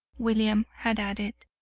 william had added.